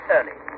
Early